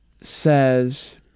says